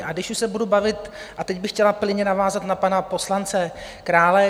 A když už se budu bavit, a teď bych chtěla plynně navázat na pana poslance Krále.